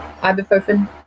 ibuprofen